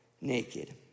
naked